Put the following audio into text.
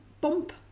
bump